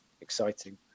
exciting